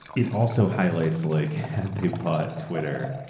it also highlights like they bought twitter.